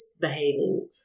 behaving